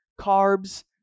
carbs